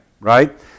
right